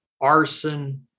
arson